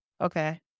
okay